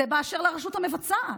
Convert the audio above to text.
זה באשר לרשות המבצעת.